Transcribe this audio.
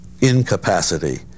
incapacity